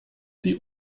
sie